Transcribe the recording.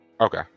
okay